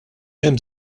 hemm